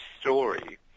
story